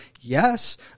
Yes